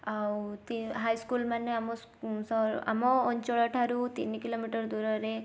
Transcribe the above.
ଆଉ ହାଇସ୍କୁଲ ମାନେ ଆମ ସହର ଆମ ଅଞ୍ଚଳ ଠାରୁ ତିନି କିଲୋମିଟର ଦୂରରେ